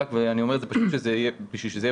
ואני אומר את זה כדי שזה יהיה בפרוטוקול.